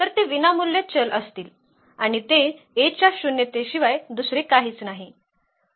तर ते विनामूल्य चल असतील आणि ते A च्या शून्यतेशिवाय दुसरे काहीच नाही